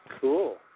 Cool